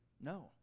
no